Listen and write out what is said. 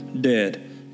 dead